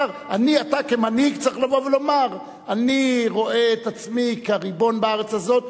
אתה כמנהיג צריך לבוא ולומר: אני רואה את עצמי כריבון בארץ הזאת,